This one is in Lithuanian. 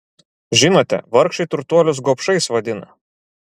žinote vargšai turtuolius gobšais vadina